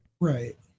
Right